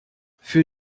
für